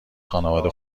خانوادم